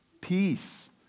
peace